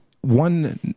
one